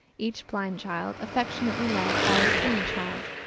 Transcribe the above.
each blind child affectionately led by a seeing child,